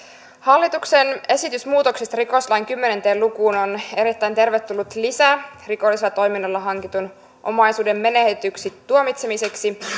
hallituksen esitys muutoksista rikoslain kymmenenteen lukuun on erittäin tervetullut lisä rikollisella toiminnalla hankitun omaisuuden menetetyksi tuomitsemiseksi